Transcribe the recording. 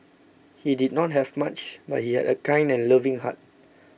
he did not have much but he had a kind and loving heart